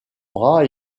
bras